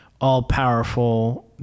all-powerful